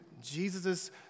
Jesus